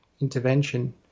intervention